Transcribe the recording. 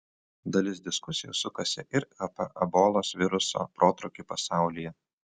dalis diskusijų sukasi ir apie ebolos viruso protrūkį pasaulyje